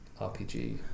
rpg